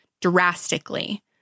drastically